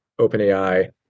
OpenAI